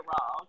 wrong